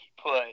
put